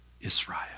Israel